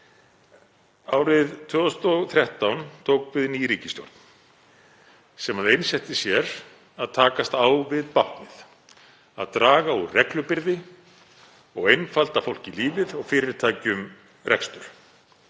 Árið 2013 tók við ný ríkisstjórn sem einsetti sér að takast á við báknið, að draga úr reglubyrði og einfalda fólki lífið og fyrirtækjum rekstur.